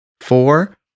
Four